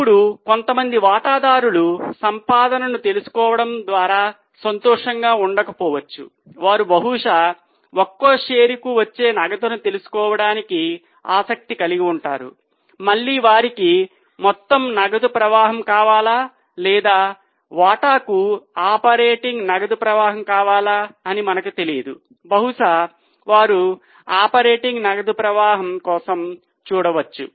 ఇప్పుడు కొంతమంది వాటాదారులు సంపాదనను తెలుసుకోవడం ద్వారా సంతోషంగా ఉండకపోవచ్చు వారు బహుశా ఒక్కో షేరుకు వచ్చే నగదును తెలుసుకోవటానికి ఆసక్తి కలిగి ఉంటారు మళ్ళీ వారికి మొత్తం నగదు ప్రవాహం కావాలా లేదా వాటాకు ఆపరేటింగ్ నగదు ప్రవాహం కావాలా అని మనకు తెలియదు బహుశా వారు ఆపరేటింగ్ నగదు ప్రవాహం కోసం చూడవచ్చు